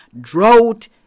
drought